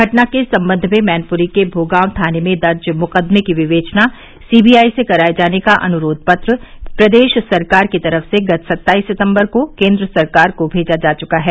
घटना के संबंध में मैनपूरी के भोगांव थाने में दर्ज मुकदमे की विवेचना सीबीआई से कराये जाने का अनुरोध पत्र प्रदेश सरकार की तरफ से गत सत्ताईस सितम्बर को केन्द्र सरकार को मेजा जा चुका है